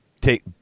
take